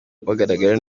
bugaragara